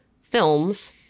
films